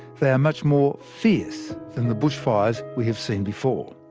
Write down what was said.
they are much more fierce than the bushfires we have seen before.